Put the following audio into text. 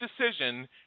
decision